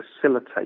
facilitate